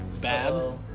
Babs